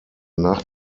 nach